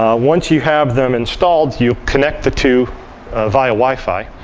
once you have them installed, you connect the two via wi-fi.